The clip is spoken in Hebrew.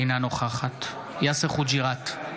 אינה נוכחת יאסר חוג'יראת,